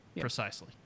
Precisely